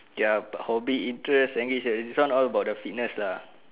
ya hobby interest engage this one all about the fitness lah